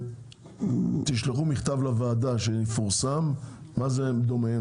תשלחו מכתב לוועדה שיפורסם מה זה דומיהם,